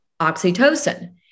oxytocin